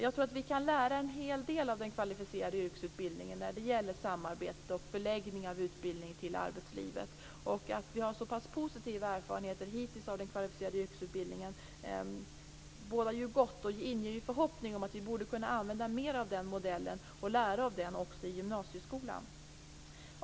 Jag tror att vi kan lära en hel del av den kvalificerade yrkesutbildningen när det gäller samarbete och förläggning av utbildning till arbetslivet. Att vi har så pass positiva erfarenheter av den kvalificerade yrkesutbildningen hittills bådar ju gott och inger förhoppning om att vi borde kunna använda mer av den modellen och lära av den också i gymnasieskolan.